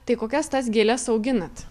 tai kokias tas gėles auginat